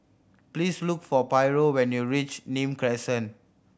please look for Pryor when you reach Nim Crescent